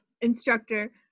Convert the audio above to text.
instructor